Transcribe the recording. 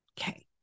Okay